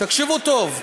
תקשיבו טוב,